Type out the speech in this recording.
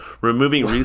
removing